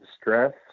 stress